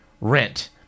rent